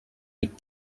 mit